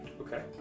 Okay